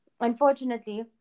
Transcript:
unfortunately